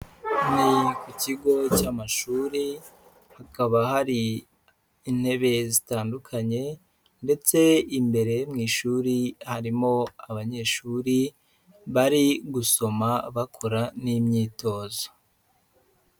Ni ku kigo cy'amashuri, hakaba hari intebe zitandukanye, ndetse imbere mu ishuri harimo abanyeshuri, bari gusoma bakora n'imyitozo.